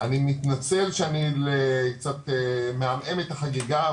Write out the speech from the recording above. אני מתנצל שאני קצת מעמעם את החגיגה,